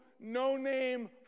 no-name